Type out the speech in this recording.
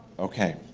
okay,